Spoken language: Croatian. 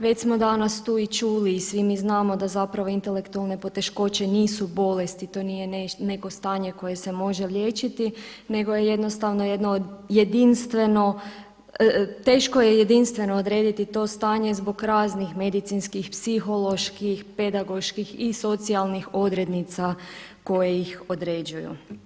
Već smo danas tu i čuli i svi mi znamo da intelektualne poteškoće nisu bolest i to nije neko stanje koje se može liječiti nego je jednostavno jedno jedinstveno, teško je jedinstveno odrediti to stanje zbog raznih medicinskih, psiholoških, pedagoških i socijalnih odrednica koje ih određuju.